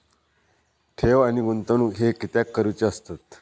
ठेव आणि गुंतवणूक हे कित्याक करुचे असतत?